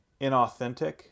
inauthentic